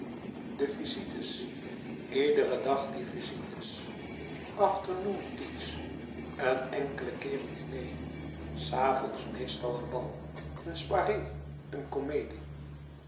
de visites iederen dag die visites afternoon teas een enkelen keer een diner s avonds meestal een bal een soirée een comedie